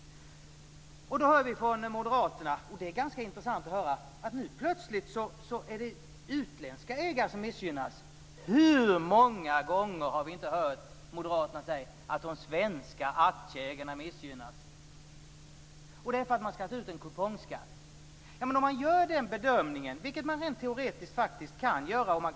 Då hör vi från moderaterna att utländska ägare plötsligt missgynnas - det är ganska intressant att höra. Hur många gånger har vi inte hört moderaterna säga att de svenska aktieägarna missgynnas? Det handlar om att man ska ta ut en kupongskatt. Man gör bedömningen att det här är att likställa med utdelning.